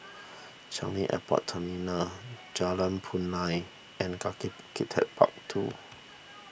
Changi Airport Terminal Jalan Punai and Kaki Bukit Techpark two